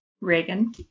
reagan